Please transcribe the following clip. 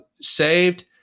saved